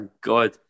god